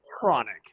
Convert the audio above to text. Chronic